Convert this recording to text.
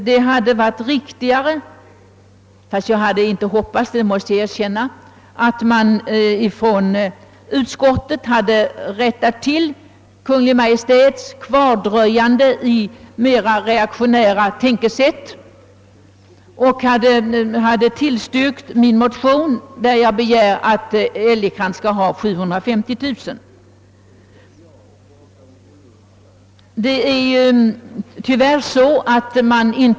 Det hade varit riktigare — fastän jag inte hade vågat hoppats på detta, det måste jag erkänna — om man i utskottet hade velat rätta till Kungl. Maj:ts kvardröjande i mera reaktionära tänkesätt och hade tillstyrkt min motion, vari jag begär att till Älgekrans skall avstås 750 000 kronor.